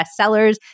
bestsellers